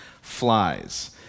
flies